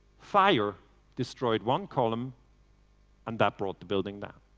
fire destroyed one column and brought the building down.